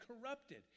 corrupted